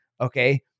Okay